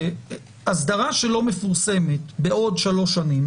שאסדרה שלא מפורסמת בעוד שלוש שנים